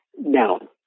Now